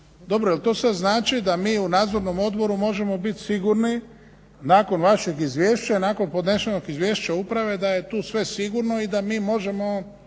dobro jel' to sad znači da mi u Nadzornom odboru možemo biti sigurni nakon vašeg izvješća, nakon podnesenog izvješća uprave da je tu sve sigurno i da mi možemo